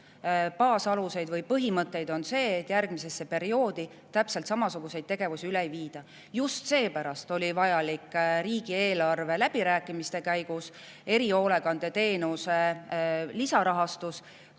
rahastuse üks põhimõtteid on see, et järgmisesse perioodi täpselt samasuguseid tegevusi üle ei viida. Just seepärast oli vajalik riigieelarve läbirääkimiste käigus erihoolekandeteenuse rahastamine